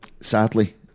sadly